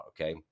okay